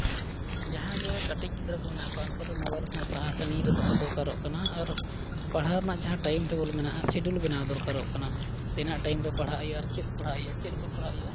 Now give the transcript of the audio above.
ᱡᱟᱦᱟᱸᱜᱮ ᱠᱟᱹᱴᱤᱡ ᱜᱤᱫᱽᱨᱟᱹ ᱠᱚ ᱢᱮᱱᱟᱜ ᱠᱚᱣᱟ ᱩᱱᱠᱩ ᱫᱚ ᱢᱳᱵᱟᱭᱤᱞ ᱠᱷᱚᱱᱟᱜ ᱥᱟᱦᱟ ᱥᱟᱹᱜᱤᱧ ᱨᱮ ᱫᱚᱦᱚ ᱫᱚᱨᱠᱟᱨᱚᱜ ᱠᱟᱱᱟ ᱟᱨ ᱯᱟᱲᱦᱟᱣ ᱨᱮᱱᱟᱜ ᱡᱟᱦᱟᱸ ᱴᱟᱭᱤᱢ ᱴᱮᱵᱤᱞ ᱢᱮᱱᱟᱜᱼᱟ ᱟᱨ ᱥᱤᱰᱩᱞ ᱵᱮᱱᱟᱣ ᱫᱚᱨᱠᱟᱨᱚᱜ ᱠᱟᱱᱟ ᱛᱤᱱᱟᱹᱜ ᱴᱟᱭᱤᱢ ᱨᱮ ᱯᱟᱲᱦᱟᱜ ᱦᱩᱭᱩᱜᱼᱟ ᱟᱨ ᱪᱮᱫ ᱯᱟᱲᱦᱟᱜ ᱦᱩᱭᱩᱜᱼᱟ ᱪᱮᱫᱠᱟ ᱯᱟᱲᱦᱟᱜ ᱦᱩᱭᱩᱜᱼᱟ